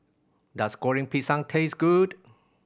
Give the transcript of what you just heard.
does Goreng Pisang taste good